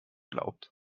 glaubt